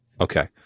Okay